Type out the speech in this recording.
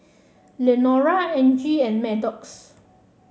Lenora Angie and Maddox